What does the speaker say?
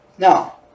Now